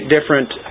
different